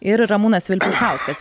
ir ramūnas vilpišauskas